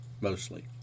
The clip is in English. mostly